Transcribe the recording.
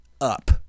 up